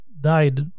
died